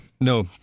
No